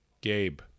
Gabe